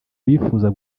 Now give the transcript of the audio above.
abifuza